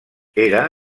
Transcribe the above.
era